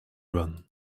run